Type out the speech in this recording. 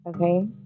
okay